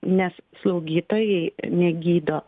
nes slaugytojai negydo